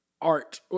art